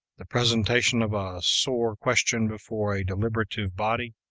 the presentation of a sore question before a deliberative body,